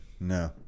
No